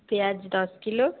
পেঁয়াজ দশ কিলো